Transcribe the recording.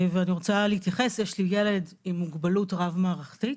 יש לי ילד עם מוגבלות רב מערכתית.